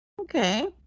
Okay